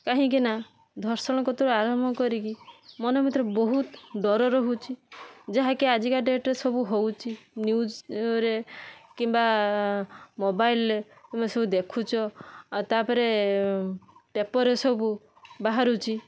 କାହିଁକିନା ଧର୍ଷଣ କତିରୁ ଆରମ୍ଭ କରିକି ମନ ଭିତରୁ ବହୁତ ଡର ରହୁଛି ଯାହାକି ଆଜିକା ଡେଟରେ ସବୁ ହଉଛି ନିୟୁଜରେ କିମ୍ବା ମୋବାଇଲରେ ତମେ ସବୁ ଦେଖୁଛ ଆଉ ତାପରେ ପେପରରେ ସବୁ ବାହାରୁଛି